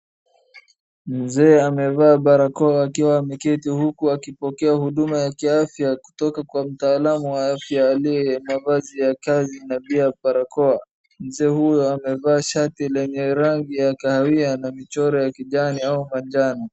Mzee amevaa barakoa akiwa ameketi huku akipokea huduma ya kiafya kutoka kwa mtaalam wa afya aliye na mavazi ya kazi na pia barakoa. Mzee huyo amevaa shati lenye rangi ya kahawia na michoro ya kijani au manjano.